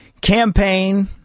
Campaign